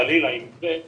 אם חלילה יקרה,